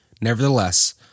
Nevertheless